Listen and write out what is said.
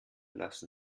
lassen